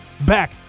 back